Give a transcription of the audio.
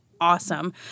awesome